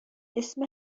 اسم